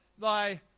thy